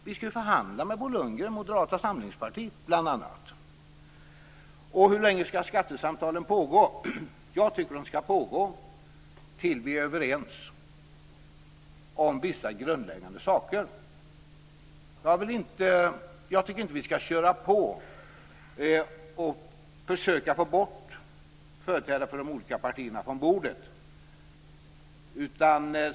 Vi skall ju förhandla med bl.a. Bo Lundgren och Moderata samlingspartiet. Hur länge skall skattesamtalen pågå? Ja, jag tycker att de skall på tills vi är överens om vissa grundläggande saker. Jag tycker inte att vi skall "köra på" och försöka få bort företrädare för de olika partierna från bordet.